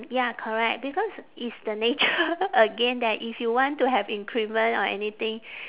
ya correct because it's the nature again that if you want to have increment or anything